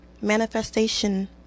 Manifestation